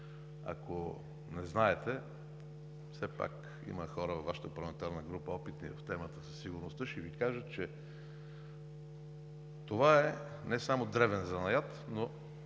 Ако не знаете, все пак във Вашата парламентарна група има опитни хора по темата за сигурността, ще Ви кажат, че това е не само древен занаят, но